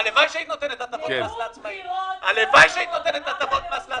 הלוואי שהיית נותנת הטבות מס לעצמאים.